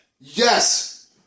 Yes